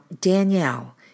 Danielle